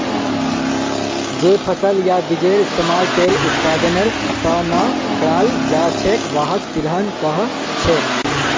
जे फसल या बीजेर इस्तमाल तेल उत्पादनेर त न कराल जा छेक वहाक तिलहन कह छेक